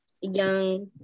young